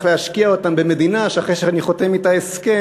להשקיע אותם במדינה שאחרי שאני חותם אתה הסכם,